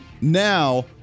now